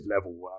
level